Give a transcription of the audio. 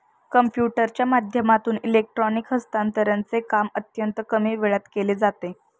कम्प्युटरच्या माध्यमातून इलेक्ट्रॉनिक हस्तांतरणचे काम अत्यंत कमी वेळात केले जाते